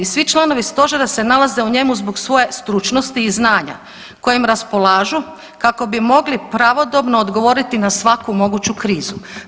Svi članovi stožera se nalaze u njemu zbog svoje stručnosti i znanja kojim raspolažu kako bi mogli pravodobno odgovoriti na svaku moguću krizu.